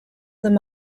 them